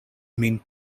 min